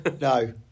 no